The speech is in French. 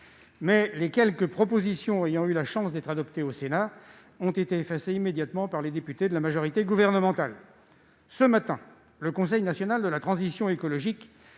mais les quelques propositions qui ont eu la chance d'être adoptées par le Sénat ont été immédiatement effacées par les députés de la majorité gouvernementale. Ce matin, le Conseil national de la transition écologique